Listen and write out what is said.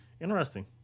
Interesting